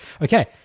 Okay